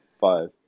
Five